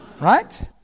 Right